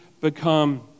become